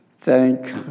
thank